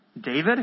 David